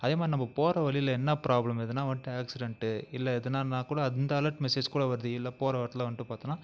அதே மாதிரி நம்ம போகிற வழில என்ன ப்ராப்ளம் எதுனால் வந்துட்டு ஆக்சிடெண்ட்டு இல்லை எதுனானால்க்கூட அந்த அலாட் மெசேஜ் கூட வருது இல்லை போகிற இடத்துல வந்துட்டு பார்த்தீனா